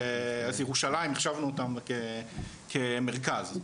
ירושלים החשבנו אותה כמרכז,